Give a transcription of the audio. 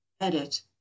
Edit